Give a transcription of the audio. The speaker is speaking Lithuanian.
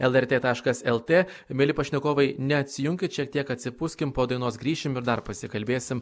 lrt taškas lt mieli pašnekovai neatsijunkit šiek tiek atsipūskim po dainos grįšim ir dar pasikalbėsim